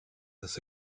this